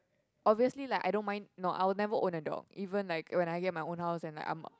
obviously like I don't mind no I will never own a dog even like when I get my own house and like I'm